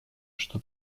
что